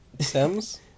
Sims